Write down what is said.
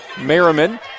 Merriman